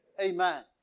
Amen